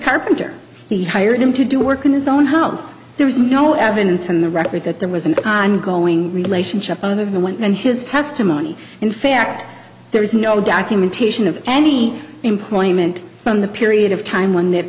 carpenter he hired him to do work in his own house there was no evidence in the record that there was an ongoing relationship other than one and his testimony in fact there is no documentation of any employment from the period of time when that